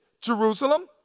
Jerusalem